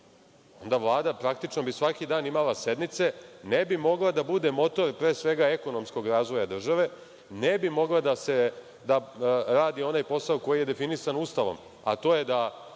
onda bi Vlada praktično svaki dan imala sednice, ne bi mogla da bude motor pre svega ekonomskog razvoja države, ne bi mogla da radi onaj posao koji je definisan Ustavom, a to je da